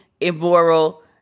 immoral